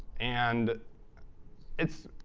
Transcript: and it's,